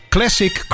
Classic